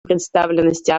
представленности